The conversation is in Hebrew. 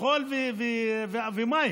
ומחול ומים.